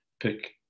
pick